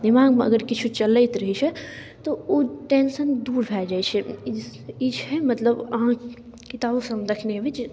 दिमागमे अगर किछु चलैत रहैत छै तऽ ओ टेन्शन दूर भए जाइत छै ई छै मतलब अहाँ किताबो सबमे देखने होयबै जे